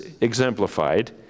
exemplified